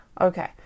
Okay